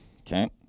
Okay